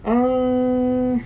uh